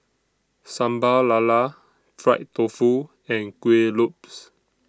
Sambal Lala Fried Tofu and Kueh Lopes